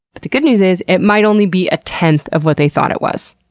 but the good news is it might only be a tenth of what they thought it was.